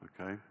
Okay